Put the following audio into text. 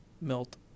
Melt